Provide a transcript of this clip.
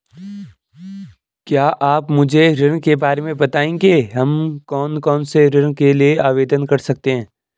क्या आप मुझे ऋण के बारे में बताएँगे हम कौन कौनसे ऋण के लिए आवेदन कर सकते हैं?